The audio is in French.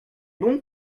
bon